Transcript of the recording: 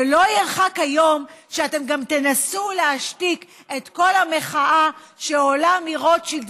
ולא ירחק היום ואתם גם תנסו להשתיק את כל המחאה שעולה מרוטשילד,